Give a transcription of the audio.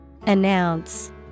Announce